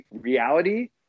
reality